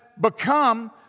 become